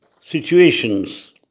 situations